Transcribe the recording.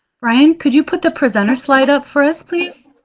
brian, could you put the presenter slide up for us, please?